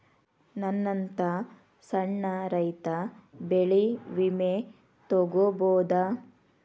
ನನ್ನಂತಾ ಸಣ್ಣ ರೈತ ಬೆಳಿ ವಿಮೆ ತೊಗೊಬೋದ?